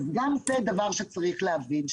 גם זה דבר שצריך להבין.